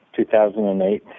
2008